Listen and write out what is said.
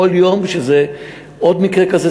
כל יום ועוד מקרה כזה,